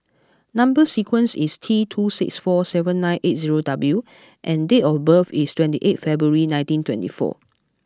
number sequence is T two six four seven nine eight zero W and date of birth is twenty eighth February nineteen twenty four